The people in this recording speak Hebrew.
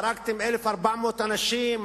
הרגתם 1,400 אנשים,